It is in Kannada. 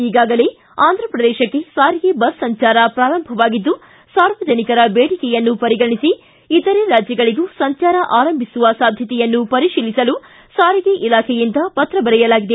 ಈಗಾಗಲೇ ಆಂಧ್ರ ಪ್ರದೇಶಕ್ಕೆ ಸಾರಿಗೆ ಬಸ್ ಸಂಚಾರ ಪ್ರಾರಂಭವಾಗಿದ್ದು ಸಾರ್ವಜನಿಕರ ಬೇಡಿಕೆಯನ್ನು ಪರಿಗಣಿಸಿ ಇತರೆ ರಾಜ್ಯಗಳಿಗೂ ಸಂಚಾರ ಆರಂಭಿಸುವ ಸಾಧ್ಯತೆಯನ್ನು ಪರಿಶೀಲಿಸಲು ಸಾರಿಗೆ ಇಲಾಖೆಯಿಂದ ಪತ್ರ ಬರೆಯಲಾಗಿದೆ